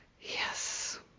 Yes